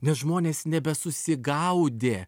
nes žmonės nebesusigaudė